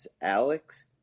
Alex